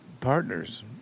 partners